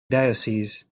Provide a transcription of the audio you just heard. diocese